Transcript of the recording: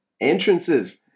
entrances